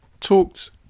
talked